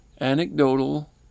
anecdotal